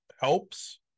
helps